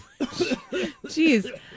Jeez